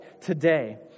today